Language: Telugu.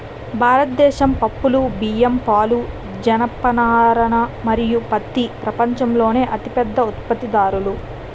భారతదేశం పప్పులు, బియ్యం, పాలు, జనపనార మరియు పత్తి ప్రపంచంలోనే అతిపెద్ద ఉత్పత్తిదారులు